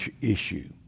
issue